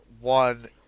one